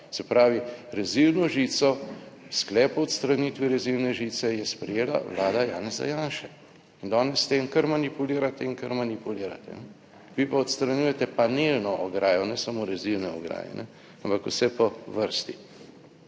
Se pravi, rezilno žico, Sklep o odstranitvi rezilne žice je sprejela vlada Janeza Janše. Danes s tem kar manipulirate in kar manipulirate. Vi pa odstranjujete panelno ograjo, ne samo rezilne ograje, ampak vse po vrsti.